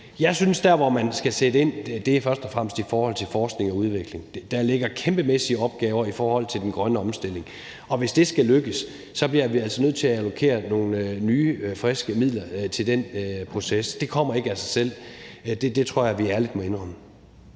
Jeg synes, at der, hvor man skal sætte ind, først og fremmest er i forhold til forskning og udvikling. Der ligger kæmpemæssige opgaver i forhold til den grønne omstilling, og hvis det skal lykkes, bliver vi altså nødt til at allokere nogle nye, friske midler til den proces. Det kommer ikke af sig selv. Det tror jeg at vi ærligt må indrømme.